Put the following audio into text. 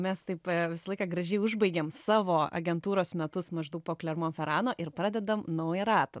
mes taip visą laiką gražiai užbaigiam savo agentūros metus maždaug po klermon ferano ir pradedam naują ratą